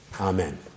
Amen